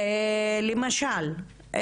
למשל,